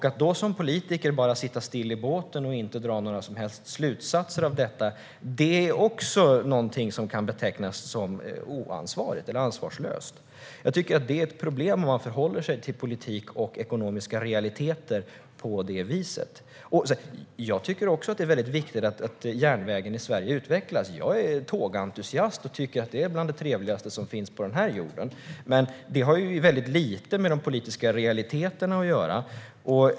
Att då som politiker bara sitta still i båten och inte dra några som helst slutsatser av detta kan också betecknas som oansvarigt. Det är ett problem om man förhåller sig till politik och ekonomiska realiteter på det viset. Jag tycker också att det är väldigt viktigt att järnvägen i Sverige utvecklas. Jag är tågentusiast och tycker att det är bland det trevligaste som finns här på jorden. Men det har väldigt lite med de politiska realiteterna att göra.